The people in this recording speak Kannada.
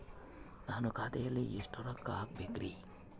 ನಾನು ಖಾತೆಯಲ್ಲಿ ಎಷ್ಟು ರೊಕ್ಕ ಹಾಕಬೇಕ್ರಿ?